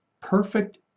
perfect